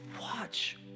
watch